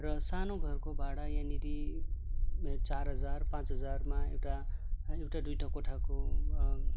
र सानो घरको भाडा यहाँनेर चार हजार पाँच हजारमा एउटा एउटा दुइवटा कोठाको